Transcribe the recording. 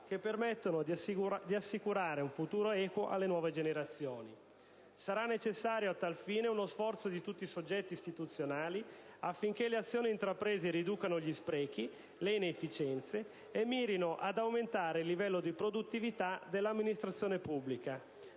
che permettono di assicurare un futuro equo alle nuove generazioni. Sarà necessario a tal fine uno sforzo di tutti i soggetti istituzionali affinché le azioni intraprese riducano gli sprechi e le inefficienze e mirino ad aumentare il livello di produttività dell'amministrazione pubblica,